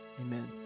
Amen